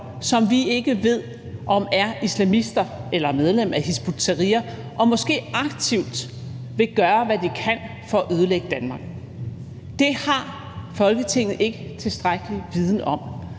som vi ikke ved om er islamister eller medlem af Hizb ut-Tahrir og måske aktivt vil gøre, hvad de kan, for at ødelægge Danmark. Det har Folketinget ikke tilstrækkelig viden om.